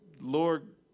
Lord